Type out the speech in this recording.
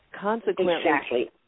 Consequently